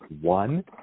one